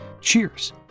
Cheers